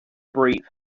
brief